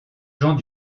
gens